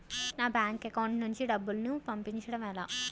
నా bank account నుంచి డబ్బును పంపించడం ఎలా?